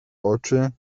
oczy